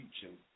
teaching